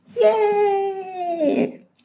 Yay